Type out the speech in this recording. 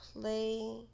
play